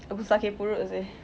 aku sakit perut lah seh